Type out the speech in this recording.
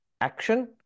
action